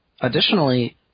Additionally